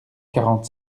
quarante